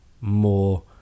more